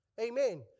Amen